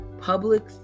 Public